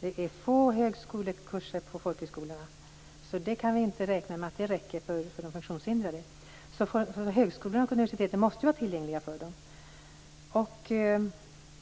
Det finns få högskolekurser på folkhögskolorna. Vi kan inte räkna med att det räcker för de funktionshindrade. Högskolorna och universiteten måste vara tillgängliga för dem.